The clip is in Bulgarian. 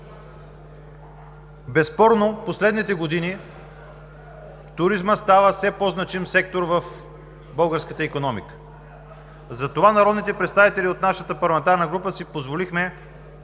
Безспорно в последните години туризмът става все по-значим сектор в българската икономика. Затова народните представители от нашата парламентарна група си позволихме